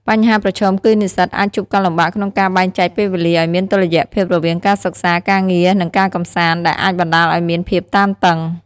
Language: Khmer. បញ្ហាប្រឈមគឺនិស្សិតអាចជួបការលំបាកក្នុងការបែងចែកពេលវេលាឲ្យមានតុល្យភាពរវាងការសិក្សា ការងារ និងការកម្សាន្ត ដែលអាចបណ្ដាលឲ្យមានភាពតានតឹង។